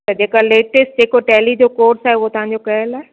त जेका लेटेस्ट जेको टैली जो कोर्स आहे उहो तव्हांजो कयल आहे